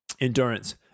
endurance